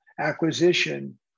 acquisition